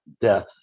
death